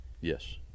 yes